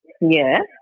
Yes